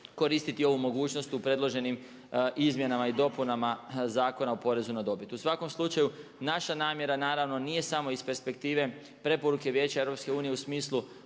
koristiti ovu mogućnost u predloženim izmjenama i dopunama Zakona o porezu na dobit. U svakom slučaju naša namjera nije samo iz perspektive preporuke Vijeća EU u smislu